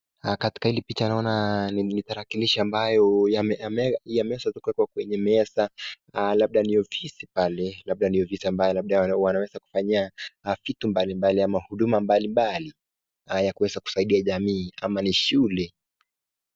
Katika hili picha naona ni tarakilishi ambayo yameweza tu kuwekwa kwenye meza labda ni ofisi pale. Labda ni ofisi ambayo labda wanaweza kufanyia vitu mbali mbali ama huduma mbalimbali, ya kuweza kusaidia jamii ama ni shule.